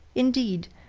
indeed,